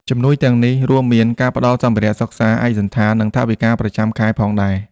ជំនួយទាំងនេះរួមមានការផ្តល់សម្ភារៈសិក្សា ឯកសណ្ឋាន និងថវិកាប្រចាំខែផងដែរ។